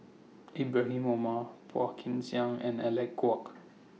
Ibrahim Omar Phua Kin Siang and Alec Kuok